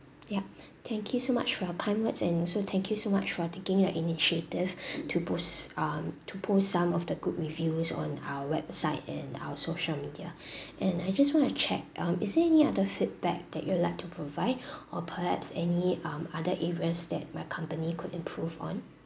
yup thank you so much for your kind words and also thank you so much for taking like initiative to put um to um put some of the good reviews on our website and our social media and I just want to check um is there any other feedback that you would like to provide or perhaps any um other areas that my company could improve on